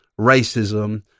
racism